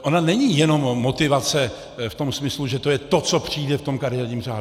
Ona není jenom motivace v tom smyslu, že to je to, co přijde v tom kariérním řádu.